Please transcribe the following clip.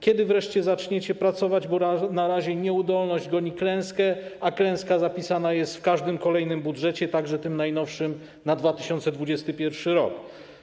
Kiedy wreszcie zaczniecie pracować, bo na razie nieudolność goni klęskę, a klęska zapisana jest w każdym kolejnym budżecie, także w tym najnowszym, na 2021 r.